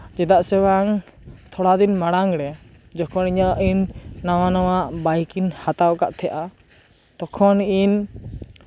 ᱪᱮᱫᱟᱜ ᱥᱮ ᱵᱟᱝ ᱛᱷᱚᱲᱟ ᱫᱤᱱ ᱢᱟᱲᱟᱝᱨᱮ ᱡᱚᱠᱷᱚᱱ ᱤᱧᱟᱹᱜ ᱤᱧ ᱱᱟᱣᱟ ᱱᱟᱣᱟ ᱵᱟᱭᱤᱠ ᱤᱧ ᱦᱟᱛᱟᱣ ᱟᱠᱟᱫ ᱛᱟᱦᱮᱸᱫᱼᱟ ᱛᱚᱠᱷᱚᱱ ᱤᱧ